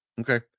Okay